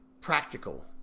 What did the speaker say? practical